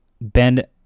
bend